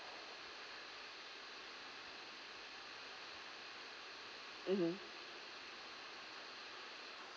mmhmm